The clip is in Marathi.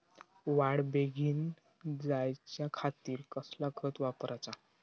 वाढ बेगीन जायच्या खातीर कसला खत वापराचा?